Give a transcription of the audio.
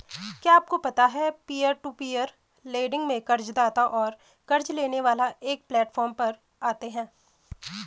क्या आपको पता है पीयर टू पीयर लेंडिंग में कर्ज़दाता और क़र्ज़ लेने वाला एक प्लैटफॉर्म पर आते है?